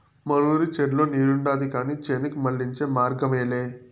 మనూరి చెర్లో నీరుండాది కానీ చేనుకు మళ్ళించే మార్గమేలే